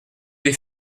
des